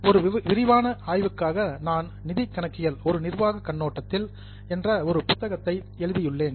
ஒரு விரிவான ஆய்வுக்காக நான் "நிதி கணக்கியல் ஒரு நிர்வாக கண்ணோட்டத்தில்" Financial Accounting A Managerial Perspective என்ற ஒரு புத்தகத்தை எழுதியுள்ளேன்